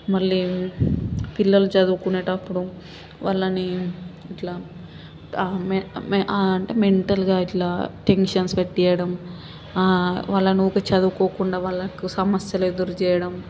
మళ్ళీ పిల్లలు చదువుకునేటప్పుడు వాళ్ళని ఇట్లా ఆ మె మె ఆ అంటే మెంటల్గా ఇట్లా టెన్షన్స్ పెట్టెయ్యడం వాళ్ళను ఊరికే చదువుకోనివ్వకుండా వాళ్ళకు సమస్యలు ఎదురు చెయ్యడం